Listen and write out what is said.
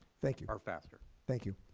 thank you. or faster. thank you.